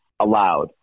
allowed